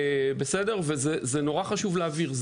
דבק, וחשוב מאוד להבהיר.